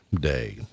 Day